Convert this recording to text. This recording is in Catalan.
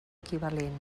equivalent